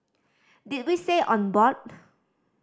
did we say on board